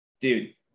dude